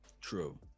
True